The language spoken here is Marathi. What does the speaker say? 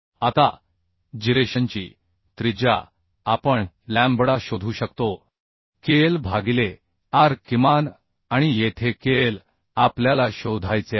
आता जिरेशनची त्रिज्या आपण लॅम्बडा शोधू शकतो आता kl भागिले R किमान आणि येथे kl आपल्याला शोधायचे आहे